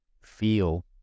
feel